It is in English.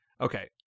Okay